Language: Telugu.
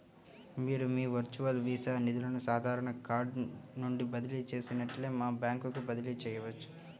మీరు మీ వర్చువల్ వీసా నిధులను సాధారణ కార్డ్ నుండి బదిలీ చేసినట్లే మీ బ్యాంకుకు బదిలీ చేయవచ్చు